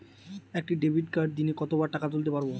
একটি ডেবিটকার্ড দিনে কতবার টাকা তুলতে পারব?